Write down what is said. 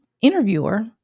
interviewer